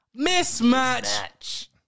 Mismatch